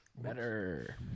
Better